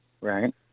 right